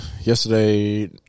yesterday